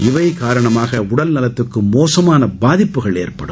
இவை காரணமாக உடல்நலத்திற்கு மோசமான பாதிட்புகள் ஏற்படும்